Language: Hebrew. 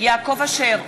יעקב אשר,